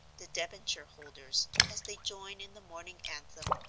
the debenture-holders, as they join in the morning anthem,